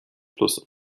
plus